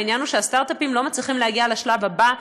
העניין הוא שהסטרט-אפים לא מצליחים להגיע לשלב הבא,